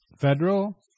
federal